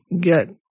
get